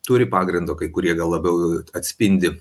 turi pagrindo kai kurie gal labiau jau atspindi